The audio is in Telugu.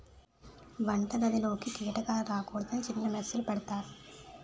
వంటగదిలోకి కీటకాలు రాకూడదని చిన్న మెష్ లు పెడతారు